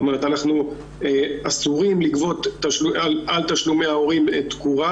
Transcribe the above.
אנחנו אסורים לגבות על תשלומי ההורים תקורה,